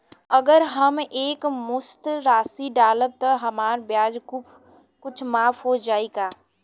अगर हम एक मुस्त राशी डालब त हमार ब्याज कुछ माफ हो जायी का?